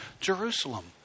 Jerusalem